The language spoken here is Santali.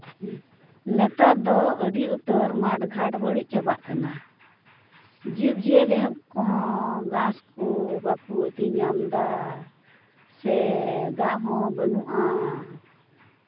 ᱱᱮᱛᱟᱨ ᱫᱚ ᱟᱹᱰᱤ ᱩᱛᱟᱹᱨ ᱢᱟᱴᱷ ᱜᱷᱟᱴ ᱵᱟᱹᱲᱤᱡ ᱪᱟᱵᱟᱜ ᱠᱟᱱᱟ ᱡᱤᱵᱽ ᱡᱤᱭᱟᱹᱞᱤ ᱠᱚᱦᱚᱸ ᱜᱷᱟᱸᱥ ᱠᱚ ᱵᱟᱠᱚ ᱟᱹᱛᱤᱧ ᱧᱟᱢ ᱮᱫᱟ ᱥᱮ ᱫᱟᱜ ᱦᱚᱸ ᱵᱟᱱᱩᱜᱼᱟ